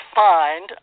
find